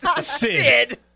Sid